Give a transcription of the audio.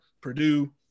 Purdue